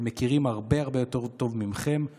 הם מכירים הרבה הרבה יותר מכם את הנושאים.